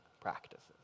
practices